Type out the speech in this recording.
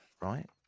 right